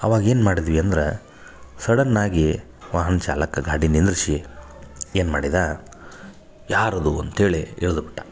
ಆವಾಗ ಏನು ಮಾಡದ್ವಿ ಅಂದ್ರೆ ಸಡನ್ನಾಗಿ ವಾಹನ ಚಾಲಕ ಗಾಡಿ ನಿಂದ್ರಿಸಿ ಏನು ಮಾಡಿದ ಯಾರದು ಅಂತ್ಹೇಳಿ ಇಳಿದುಬಿಟ್ಟ